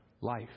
life